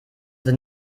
sind